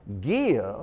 give